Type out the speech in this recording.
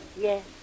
Yes